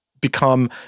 become